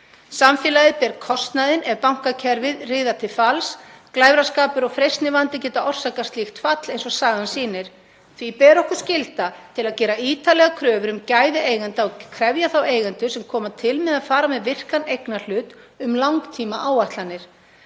Samfélagið ber kostnaðinn ef bankakerfið riðar til falls. Glæfraskapur og freistnivandi geta orsakað slíkt fall eins og sagan sýnir. Því ber okkur skylda til að gera ítarlegar kröfur um gæði eigenda og krefja þá eigendur sem koma til með að fara með virkan eignarhlut um langtímaáætlanir.